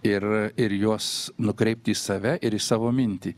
ir ir juos nukreipti į save ir į savo mintį